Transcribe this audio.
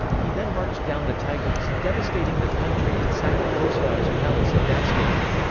he then marched down the tigris, devastating the country and sacking khosrau's palace at dastagerd.